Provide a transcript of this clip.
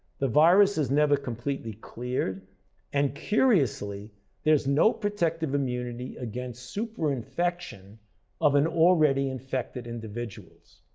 the virus is never completely cleared and curiously there's no protective immunity against superinfection of an already infected individual.